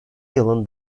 yılın